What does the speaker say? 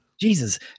Jesus